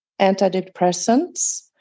antidepressants